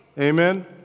Amen